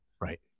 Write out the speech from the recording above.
Right